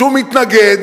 שהוא מתנגד